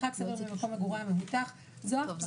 מרחק סביר ממקום מגורי המבוטח וכו'.